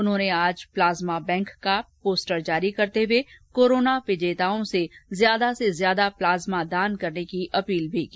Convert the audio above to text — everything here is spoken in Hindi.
उन्होंने आज प्लाज्मा बैंक का पोस्टर जारी करते हुए कोरोना विजेताओं से ज्यादा से ज्यादा प्लाज्मा दान करने की अपील भी की